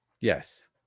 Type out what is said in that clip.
Yes